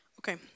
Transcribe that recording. Okay